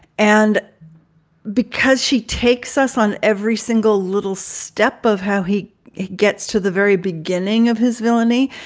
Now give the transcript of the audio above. and because she takes us on every single little step of how he gets to the very beginning of his villainy,